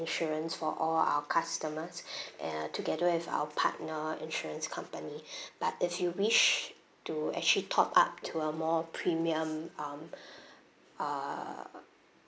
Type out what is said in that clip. insurance for all our customers uh together with our partner insurance company but if you wish to actually top up to a more premium um uh